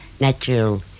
natural